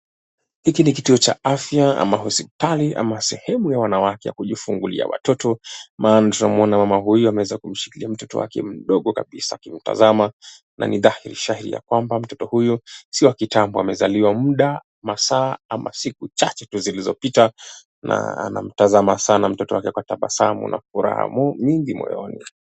Hiki ni kituo cha afya ama hospitali ama sehemu ya wanawake kujifungulia watoto maana tunaweza kuona mama huyu ameweza kumshikilia mtoto wake mdogo akimtazma na ni dhahiri shahiri kwamba mtoto huyo sio wa kitambo, amezaliwa muda, masaa ama siku chache tu zilizopita na anamtazama mtoto wake kwa tabasamu na furaha nyingi moyoni.